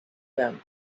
them